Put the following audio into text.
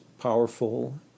powerful